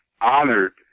honored